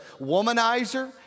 womanizer